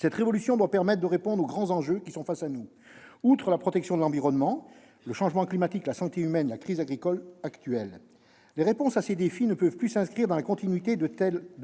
Cette révolution doit permettre de répondre aux grands enjeux qui sont face à nous : la protection de l'environnement, mais aussi le changement climatique, la santé humaine, la crise agricole actuelle. Les réponses à ces défis ne peuvent plus s'inscrire dans la continuité de